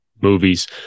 movies